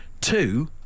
Two